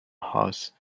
house